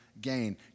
gain